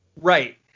Right